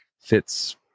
fits